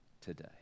today